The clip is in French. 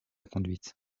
conduite